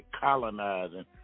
colonizing